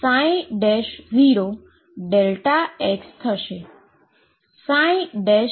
Δx10 કે જે શુન્ય થશે